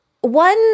One